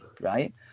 right